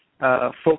focus